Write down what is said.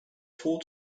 four